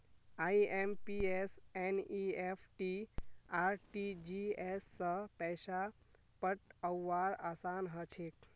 IMPS NEFT RTGS स पैसा पठऔव्वार असान हछेक